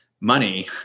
money